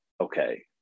okay